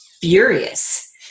furious